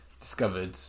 discovered